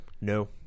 No